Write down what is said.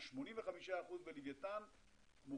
ולווייתן.